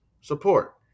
support